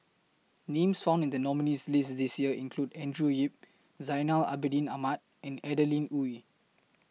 Names found in The nominees' list This Year include Andrew Yip Zainal Abidin Ahmad and Adeline Ooi